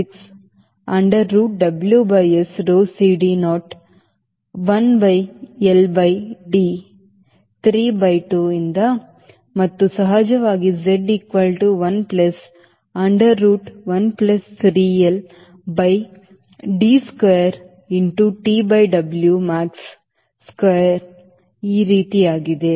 8776 under root W by S rho CD naught 1 by L by D 3 by 2 ರಿಂದ ಮತ್ತು ಸಹಜವಾಗಿ Z equal to 1 plus under root 1 plus 3 L by D square into T by W max square ಈ ರೀತಿಯದ್ದಾಗಿದೆ